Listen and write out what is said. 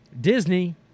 Disney